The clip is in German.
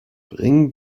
bring